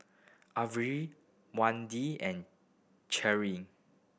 Elvi and Cherry